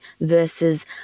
versus